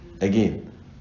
Again